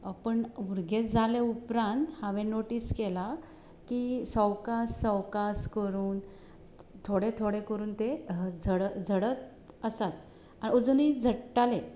पूण भुरगें जाले उपरांत हांवें नोटीस केला की सवकास सवकास करून थोडे थोडे करून ते झड झडत आसात अजुनूय झडटाले